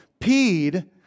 peed